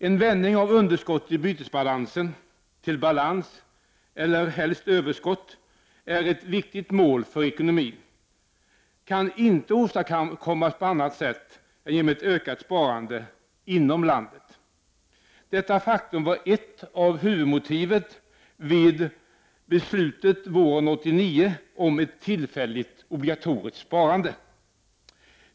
En vändning av underskottet i bytesbalansen till balans eller överskott är ett viktigt mål för ekonomin, och det kan inte åstadkommas på annat sätt än genom ett ökat sparande inom landet. Detta faktum var ett av huvudmotiven vid beslutet våren 1989 om ett tillfälligt obligatoriskt sparande.